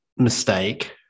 Mistake